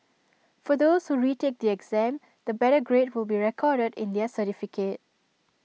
for those who retake the exam the better grade will be recorded in their certificate